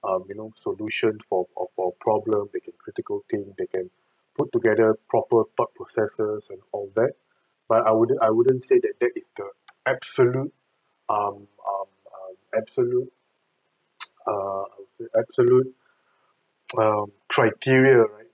um you know solution for for our problem they can critical think they can put together proper thought processes and all that but I wouldn't I wouldn't say that that is the absolute um um um absolute err how to say absolute criteria right